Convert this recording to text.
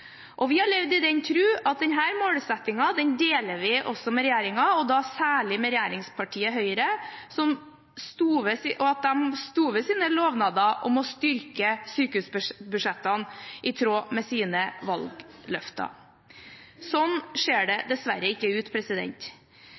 og vi har levd i den tro at denne målsettingen deler vi også med regjeringen, og da særlig med regjeringspartiet Høyre, og at de sto ved sine lovnader om å styrke sykehusbudsjettene i tråd med sine valgløfter. Sånn ser det dessverre ikke ut.